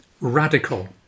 Radical